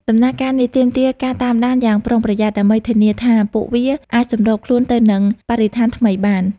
ដំណើរការនេះទាមទារការតាមដានយ៉ាងប្រុងប្រយ័ត្ន ដើម្បីធានាថាពួកវាអាចសម្របខ្លួនទៅនឹងបរិស្ថានថ្មីបាន។